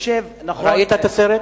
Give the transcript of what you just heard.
ראית את הסרט?